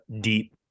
deep